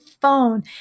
phone